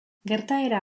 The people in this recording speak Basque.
gertaera